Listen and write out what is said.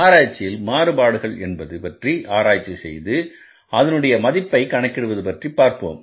ஆராய்ச்சியில் மாறுபாடுகள் என்பது பற்றி ஆராய்ச்சி செய்து அதனுடைய மதிப்பை கணக்கிடுவது பற்றி பார்ப்போம்